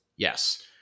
Yes